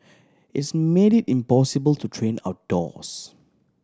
it's made it impossible to train outdoors